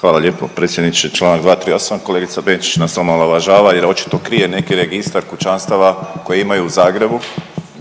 Hvala lijepo predsjedniče. Čl. 238. kolegica Benčić nas omalovažava jer očito krije neki registar kućanstava koji imaju u Zagrebu